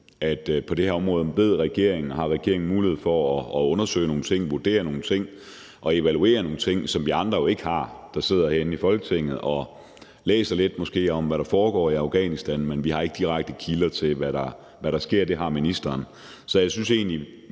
For det er klart, at regeringen på det her område har mulighed for at undersøge og vurdere og evaluere nogle ting, hvilket vi andre, der sidder herinde i Folketinget og måske læser lidt om, hvad der foregår i Afghanistan, jo ikke har, for vi har ikke direkte kilder til, hvad der sker – det har ministeren. Så jeg synes egentlig,